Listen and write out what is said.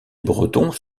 bretons